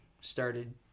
started